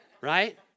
right